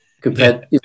compared